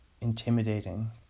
intimidating